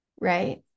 Right